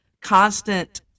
constant